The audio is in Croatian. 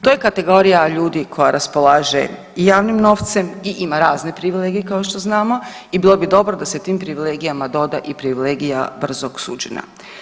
To je kategorija ljudi koja raspolaže javnim novcem i ima razne privilegije kao što znamo i bilo bi dobro da se tim privilegijama doda i privilegija brzog suđenja.